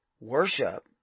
worship